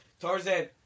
Tarzan